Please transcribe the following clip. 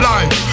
Life